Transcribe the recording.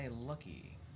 Lucky